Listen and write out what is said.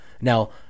Now